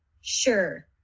sure